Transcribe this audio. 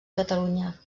catalunya